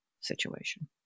situation